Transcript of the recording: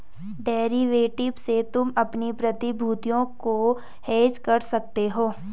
derivative से तुम अपनी प्रतिभूतियों को हेज कर सकते हो